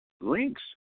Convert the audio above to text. links